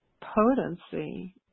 potency